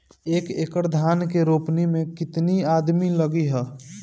एक एकड़ धान के रोपनी मै कितनी आदमी लगीह?